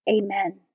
Amen